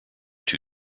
two